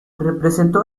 representó